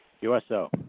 USO